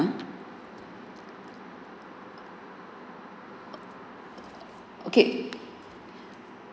okay